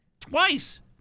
Twice